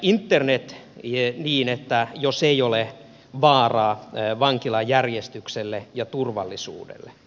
internet niin että siitä ei ole vaaraa vankilan järjestykselle ja turvallisuudelle